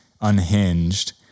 unhinged